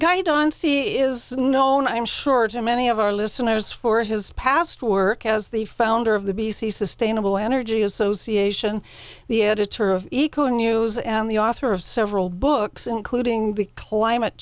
guide on c is known i'm sure to many of our listeners for his past work as the founder of the b b c sustainable energy association the editor of eco news and the author of several books including the climate